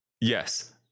yes